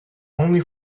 only